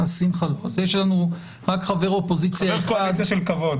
יש לנו רק חבר אופוזיציה אחד --- חבר קואליציה של כבוד,